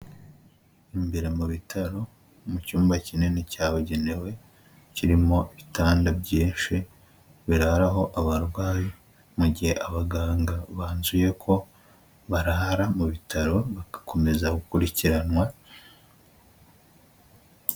Imbere mu bitaro, mu cyumba kinini cyabugenewe, kirimo ibitanda byinshi, biraraho abarwayi, mu gihe abaganga banzuye ko barara mu bitaro, bagakomeza gukurikiranwa.